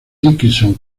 dickinson